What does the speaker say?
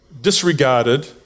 disregarded